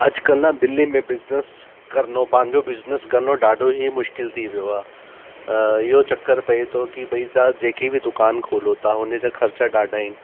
अॼकल्ह न दिल्ली में बिज़िनस करिणे पंहिंजो बिज़िनिस करिनो ॾाढो ई मुश्किलु थी वियो आहे इहो चक्कर पए थो की भई तव्हां जेके हि दुकानु खोलो ता उने जा ख़र्चा ॾाढा आहिनि